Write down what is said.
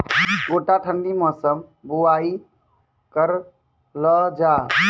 गोटा ठंडी मौसम बुवाई करऽ लो जा?